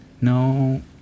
No